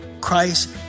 Christ